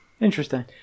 interesting